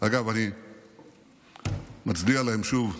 אגב, אני מצדיע להם שוב.